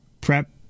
prep